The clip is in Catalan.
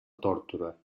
tórtora